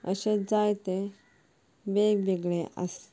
अशें जायतें वेगवेगळें आसता